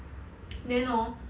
then hor